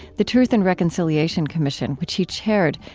the truth and reconciliation commission, which he chaired,